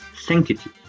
sanctity